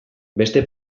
beste